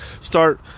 start